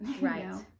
Right